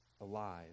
alive